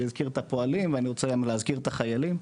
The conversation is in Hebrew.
הוא הזכיר את הפועלים ואני רוצה להזכיר גם את החיילים,